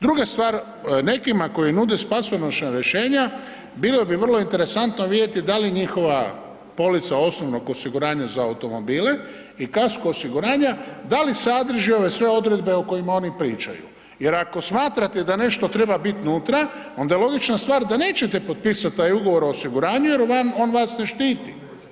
Druga stvar, nekima koji nude spasonosna rješenja bilo bi vrlo interesantno vidjeti da li njihova polica osnovnog osiguranja za automobile i Kasko osiguranja da li sadrži ove sve odredbe o kojima oni pričaju jer ako smatrate da nešto treba biti unutra onda je logična stvar da nećete potpisati taj ugovor o osiguranju jer on vas ne štiti.